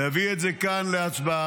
להביא את זה כאן להצבעה,